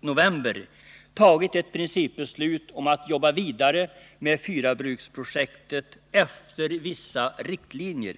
november — fattat ett principbeslut om att jobba vidare med 4-bruksprojektet efter vissa riktlinjer.